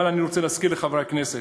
אבל אני רוצה להזכיר לחברי הכנסת: